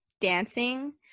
dancing